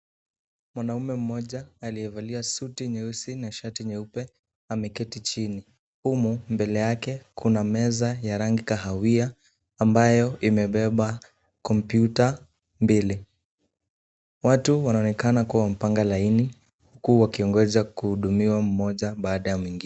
Mwanaume mmoja aliyevalia suti nyeusi na shati nyeupe ameketi chini. Humu, mbele yake kuna meza ya rangi ya kahawia ambayo imebeba kompyuta mbili. Watu wanaonekana kuwa wamepanga laini huku wakingoja kuhudumiwa mmoja baada ya mwingine.